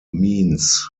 means